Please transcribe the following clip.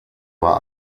war